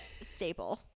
staple